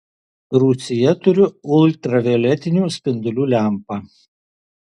rūsyje turiu ultravioletinių spindulių lempą